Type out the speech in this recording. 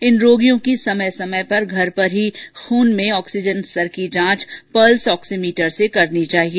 इन रोगियों की समय समय पर घर पर ही खून में ऑक्सीजन स्तर की जांच पल्स ऑक्सीमीटर से करनी चाहिए